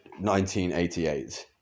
1988